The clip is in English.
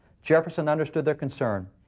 jefferson understood their concern.